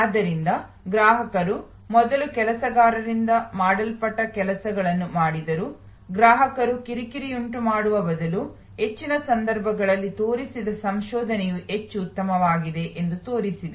ಆದ್ದರಿಂದ ಗ್ರಾಹಕರು ಮೊದಲು ಕೆಲಸಗಾರರಿಂದ ಮಾಡಲ್ಪಟ್ಟ ಕೆಲಸಗಳನ್ನು ಮಾಡಿದರು ಗ್ರಾಹಕರು ಕಿರಿಕಿರಿಯುಂಟುಮಾಡುವ ಬದಲು ಹೆಚ್ಚಿನ ಸಂದರ್ಭಗಳಲ್ಲಿ ತೋರಿಸಿದ ಸಂಶೋಧನೆಯು ಹೆಚ್ಚು ಉತ್ತಮವಾಗಿದೆ ಎಂದು ತೋರಿಸಿದೆ